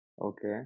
Okay